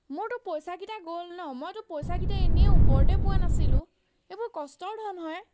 মোৰতো পইচাকেইটা গ'ল ন মইতো পইচাকেইটা এনেই ওপৰতে পোৱা নাছিলোঁ এইবোৰ কষ্টৰ ধন হয়